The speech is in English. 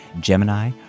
Gemini